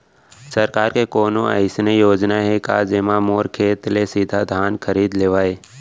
शासन के कोनो अइसे योजना हे का, जेमा मोर खेत ले सीधा धान खरीद लेवय?